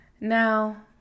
Now